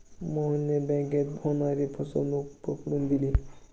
मोहनने बँकेत होणारी फसवणूक पकडून दिली